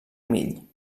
mill